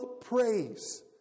praise